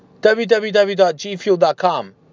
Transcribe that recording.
www.gfuel.com